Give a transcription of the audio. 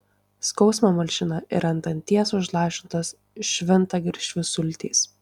skausmą malšina ir ant danties užlašintos šventagaršvių sultys